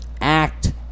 act